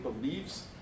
believes